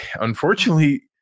unfortunately